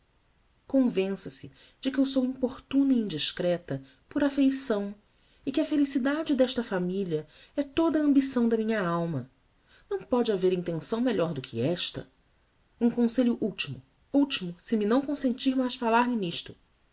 convença-se de que eu sou importuna e indiscreta por affeição e que a felicidade desta familia é toda a ambição da minha alma não pode haver intenção melhor do que esta um conselho ultimo ultimo se me não consentir mais falar-lhe nisto